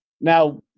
Now